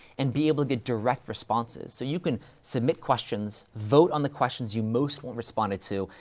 and be able to get direct responses. so you can submit questions, vote on the questions you most want responded to,